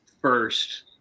first